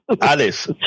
Alice